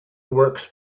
works